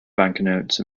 banknotes